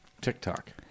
TikTok